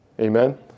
Amen